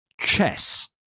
chess